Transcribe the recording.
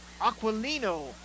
Aquilino